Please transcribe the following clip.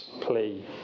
plea